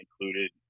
included